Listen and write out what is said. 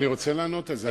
אני רוצה לענות על זה,